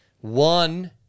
one